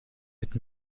mit